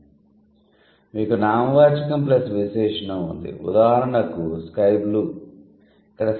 మీకు నామవాచకం ప్లస్ విశేషణం ఉంది ఉదాహరణకు స్కై బ్లూ